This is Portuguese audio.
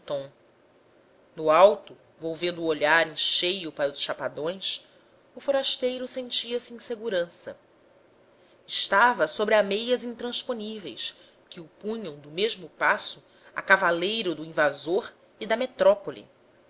fenton no alto volvendo o olhar em cheio para os chapadões o forasteiro sentia-se em segurança estava sobre ameias intransponíveis que o punham do mesmo passo a cavaleiro do invasor e da metrópole